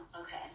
Okay